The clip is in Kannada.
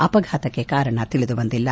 ಅಪಘಾತಕ್ಕೆ ಕಾರಣ ತಿಳಿದು ಬಂದಿಲ್ಲ